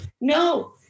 No